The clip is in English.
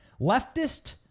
Leftist